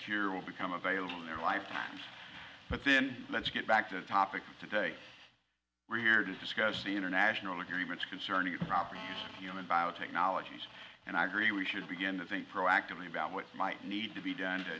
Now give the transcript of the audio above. cure will become available in their lifetime but then let's get back to the topic today we're here to discuss the international agreements concerning human biotechnology and i agree we should begin to think proactively about what might need to be done to